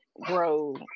grow